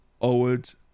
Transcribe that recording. old